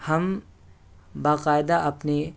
ہم باقاعدہ اپنے